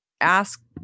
ask